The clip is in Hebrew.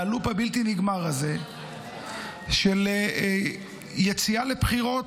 מהלופ הבלתי-נגמר הזה של יציאה לבחירות,